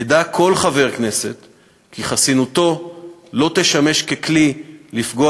ידע כל חבר הכנסת כי חסינותו לא תשמש כלי לפגוע